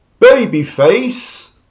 Babyface